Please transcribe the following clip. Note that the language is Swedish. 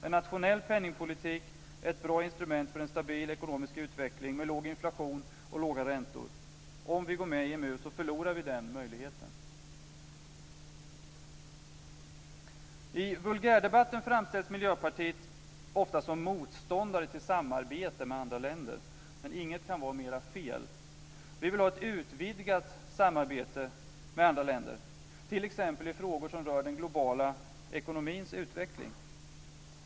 En nationell penningpolitik är ett bra instrument för en stabil ekonomisk utveckling med låg inflation och låga räntor. Om vi går med i EMU förlorar vi den möjligheten. I vulgärdebatten framställs Miljöpartiet ofta som motståndare till samarbete med andra länder, men inget kan vara mera fel. Vi vill ha ett utvidgat samarbete med andra länder t.ex. i frågor som rör den globala ekonomins utveckling.